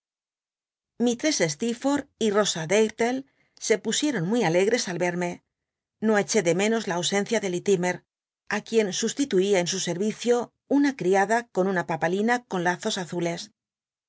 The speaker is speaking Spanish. steerforth y rosa d h'llc se pusieron muy alegres al verme no eché de menos la ausencia de liwmci á qu ien sustituia en sn scrvicio una criada con nna papalina con lazos azules